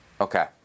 Okay